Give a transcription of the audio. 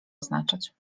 oznaczać